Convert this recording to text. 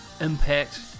impact